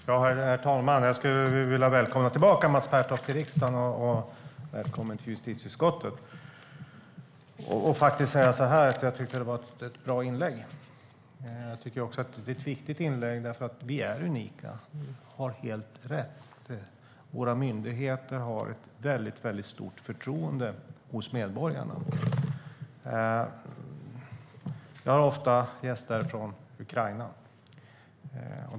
Herr talman! Låt mig välkomna Mats Pertoft tillbaka till riksdagen och till justitieutskottet. Det var ett bra och viktigt inlägg. Mats Pertoft har helt rätt i att vi är unika. Våra myndigheter åtnjuter stort förtroende hos medborgarna. Jag har ofta gäster från Ukraina.